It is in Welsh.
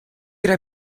roi